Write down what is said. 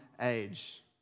age